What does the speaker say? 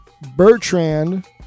Bertrand